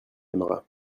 aimera